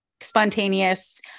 spontaneous